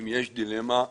ישנה כזו: